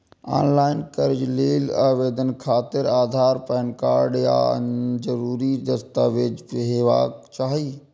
ऑनलॉन कर्ज लेल आवेदन खातिर आधार, पैन कार्ड आ आन जरूरी दस्तावेज हेबाक चाही